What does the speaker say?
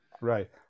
Right